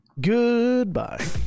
goodbye